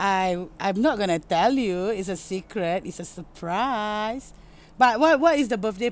I I'm not gonna tell you is a secret is a surprise but what what is the birthday